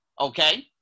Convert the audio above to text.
okay